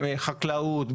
חקלאות,